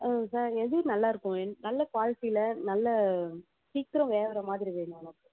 ஆ sir எது நல்லாயிருக்கும் நல்ல குவாலிட்டியில் நல்லா சீக்கிரம் வேகற மாதிரி வேணும் எனக்கு